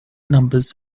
numbers